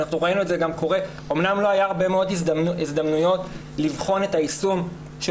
לא היו הרבה מאוד הזדמנויות לבחון את היישום של